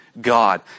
God